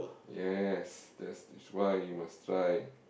yes that's the sh~ why you must try